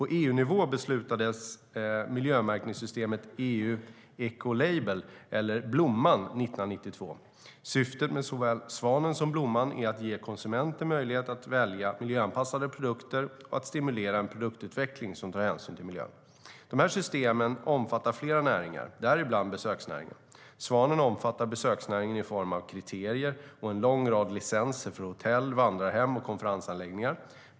På EU-nivå beslutades miljömärkningssystemet EU Ecolabel, eller Blomman, 1992. Syftet med såväl Svanen som Blomman är att ge konsumenter möjlighet att välja miljöanpassade produkter och att stimulera en produktutveckling som tar hänsyn till miljön. De här systemen omfattar flera näringar, däribland besöksnäringen. Svanen omfattar besöksnäringen i form av kriterier och en lång rad licenser för hotell, vandrarhem och konferensanläggningar.